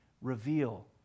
reveal